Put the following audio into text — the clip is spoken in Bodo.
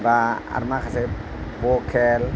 बा आरो माखासे भकेल